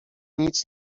nic